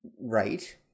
Right